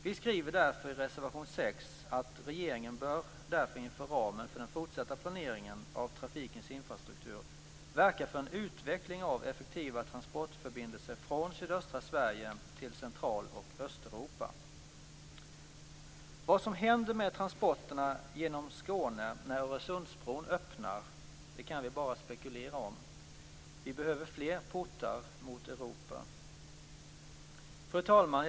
Vi skriver därför i reservation 6: "regeringen bör därför inom ramen för den fortsatta planeringen av trafikens infrastruktur verka för en utveckling av effektiva transportförbindelser från sydöstra Sverige till Central och Östeuropa." Vad som händer med transporterna genom Skåne när Öresundsbron öppnar kan vi bara spekulera om. Vi behöver fler portar mot Fru talman!